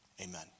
amen